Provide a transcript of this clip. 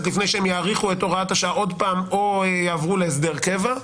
לפני שהם יאריכו את הוראת השעה עוד פעם או יעברו להסדר קבע.